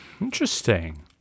Interesting